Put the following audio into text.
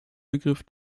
begriff